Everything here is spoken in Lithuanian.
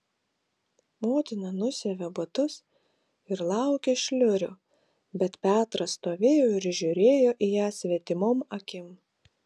motina nusiavė batus ir laukė šliurių bet petras stovėjo ir žiūrėjo į ją svetimom akim